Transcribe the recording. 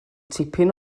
tipyn